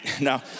No